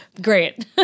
great